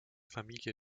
familie